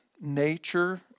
nature